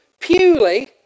Purely